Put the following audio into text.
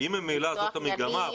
את לא מגדירה מי לוקח את האחריות.